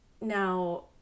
Now